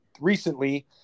recently